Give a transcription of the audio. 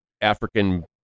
African